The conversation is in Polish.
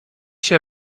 się